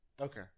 Okay